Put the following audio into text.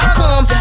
come